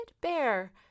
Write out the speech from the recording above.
Bear